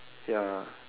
ya